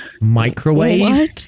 Microwave